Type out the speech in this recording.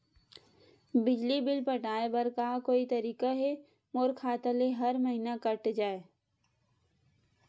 बिजली बिल पटाय बर का कोई तरीका हे मोर खाता ले हर महीना कट जाय?